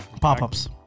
Pop-ups